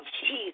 Jesus